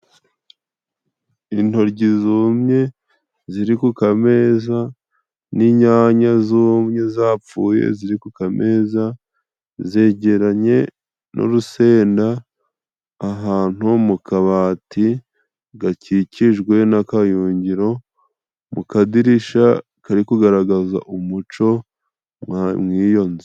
Intoryi zumye ziri ku kameza n'inyanya zumye zapfuye, ziri ku kameza zegeranye n'urusenda, ahantu mu kabati gakikijwe n'akayungiro, mu kadirisha kari kugaragaza umuco mwiyonzu.